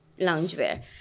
loungewear